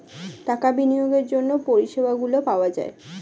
টাকা বিনিয়োগের জন্য পরিষেবাগুলো পাওয়া যায়